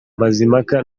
mazimhaka